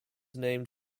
named